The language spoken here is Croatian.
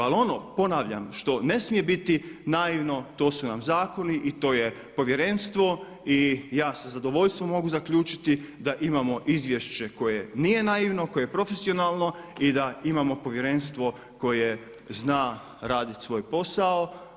Ali ono ponavljam što ne smije biti naivno to su nam zakoni i to je Povjerenstvo i ja sa zadovoljstvom mogu zaključiti da imamo izvješće koje nije naivno, koje je profesionalno i da imamo Povjerenstvo koje zna radit svoj posao.